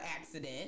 accident